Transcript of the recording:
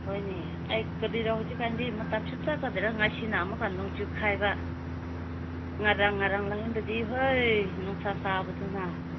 ꯍꯣꯏꯅꯦ ꯑꯩ ꯀꯔꯤꯔ ꯍꯧꯖꯤꯛꯀꯥꯟꯗꯤ ꯃꯇꯃ ꯁꯨꯡꯆꯠ ꯆꯠꯇꯦꯗ ꯉꯁꯤꯅ ꯑꯃꯨꯛꯀ ꯅꯣꯡ ꯆꯨꯈꯥꯏꯕ ꯉꯔꯥꯡ ꯉꯔꯥꯡ ꯅꯍꯥꯟꯗꯗꯤ ꯍꯣꯏ ꯅꯨꯡꯁꯥ ꯁꯥꯕꯗꯨꯅ